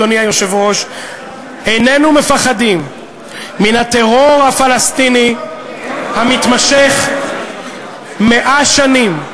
אדוני היושב-ראש: איננו מפחדים מן הטרור הפלסטיני המתמשך זה 100 שנים.